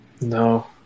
No